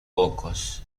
pocos